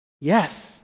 Yes